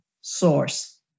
source